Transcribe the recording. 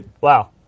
Wow